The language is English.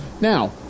Now